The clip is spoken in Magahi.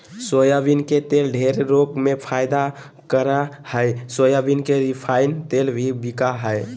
सोयाबीन के तेल ढेर रोग में फायदा करा हइ सोयाबीन के रिफाइन तेल भी बिका हइ